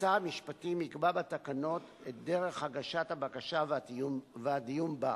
שר המשפטים יקבע בתקנות את דרך הגשת הבקשה והדיון בה.